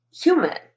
human